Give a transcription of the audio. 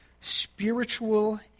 spiritual